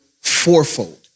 fourfold